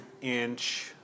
inch